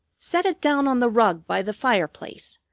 set it down on the rug by the fire-place.